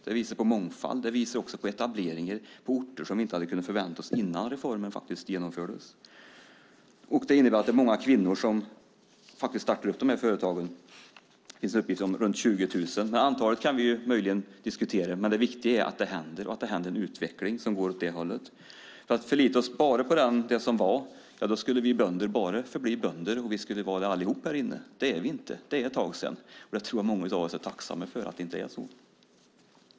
Det visar på mångfald, och det sker etableringar på orter som vi inte hade förväntat oss innan reformerna genomfördes. Det är många kvinnor som startar företagen. Det finns en uppgift om runt 20 000. Antalet kan vi möjligen diskutera, men det viktiga är att det sker en utveckling åt det hållet. Om vi skulle förlita oss till bara det som har varit skulle vi alla förbli bönder. Det är vi inte. Det är ett tag sedan, och jag tror att många är tacksamma för att det inte är så.